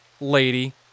lady